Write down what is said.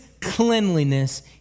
cleanliness